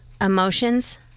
emotions